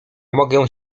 mogę